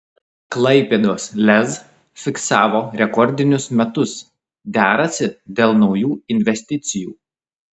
klaipėdos lez fiksavo rekordinius metus derasi dėl naujų investicijų